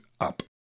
up